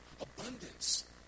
abundance